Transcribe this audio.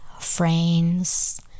friends